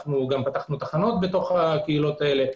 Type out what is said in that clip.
גם פתחנו תחנות בקהילות האלה.